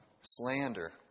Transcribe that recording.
slander